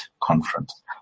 conference